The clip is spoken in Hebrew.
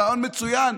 רעיון מצוין,